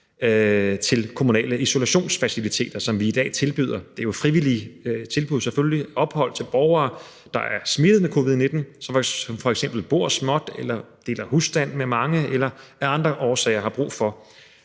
til kommunale isolationsfaciliteter, som vi i dag tilbyder. Det er jo frivillige tilbud, selvfølgelig, om ophold til borgere, der er smittet med covid-19, og som f.eks. bor småt eller deler husstand med mange eller af andre årsager har brug for